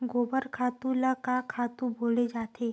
गोबर खातु ल का खातु बोले जाथे?